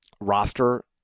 roster